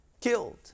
killed